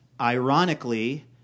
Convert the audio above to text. Ironically